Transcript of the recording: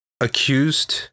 accused